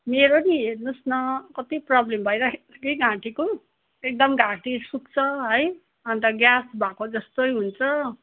मेरो नि हेर्नुहोस् न कति प्रब्लम भइराखेको छ कि घाँटीको एकदम घाँटी सुक्छ है अन्त ग्यास भएको जस्तै हुन्छ